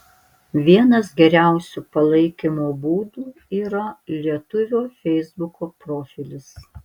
vienas geriausių palaikymo būdų yra lietuvio feisbuko profilis